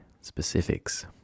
specifics